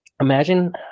imagine